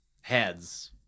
Heads